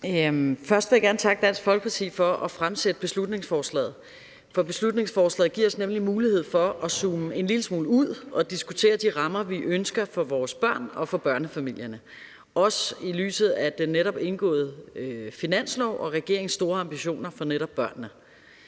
Først vil jeg gerne takke Dansk Folkeparti for at fremsætte beslutningsforslaget, for beslutningsforslaget giver os nemlig mulighed for at zoome en lille smule ud og diskutere de rammer, vi ønsker for vores børn og for børnefamilierne – også set i lyset af den netop indgåede finanslovsaftale og regeringens store ambitioner for netop børnene.